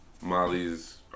Molly's